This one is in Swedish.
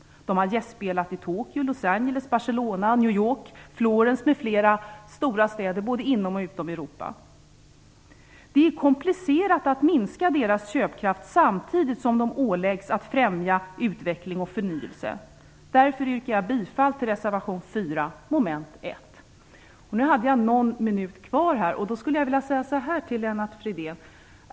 Man har gästspelat i Tokyo, Los Angeles, Barcelona, New York, Florens m.fl. stora städer både inom och utom Europa. Det är komplicerat att minska Dramatens köpkraft samtidigt som man åläggs att främja utveckling och förnyelse. Därför yrkar jag bifall till reservation 4 Eftersom jag har någon minut kvar av min talartid vill jag vända mig till Lennart Fridén.